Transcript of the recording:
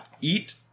Eat